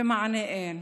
ומענה אין.